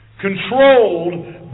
Controlled